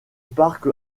parc